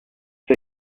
you